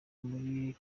muri